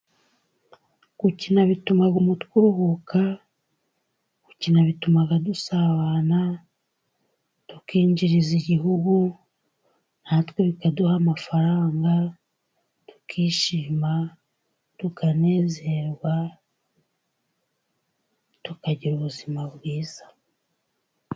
Gukina bituma umutwe uruhuka, gukina bitumaga dusabana, tukinjiriza igihugu, natwe bikaduha amafaranga, tukishima tukanezerwa tukagira ubuzima bwiza.